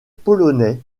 polonais